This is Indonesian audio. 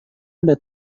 ada